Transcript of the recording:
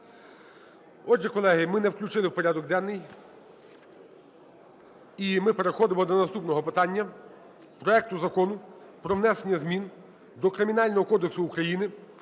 Отже, колеги, ми не включили в порядок денний. І ми переходимо до наступного питання: проекту Закону про внесення змін до Кримінального кодексу України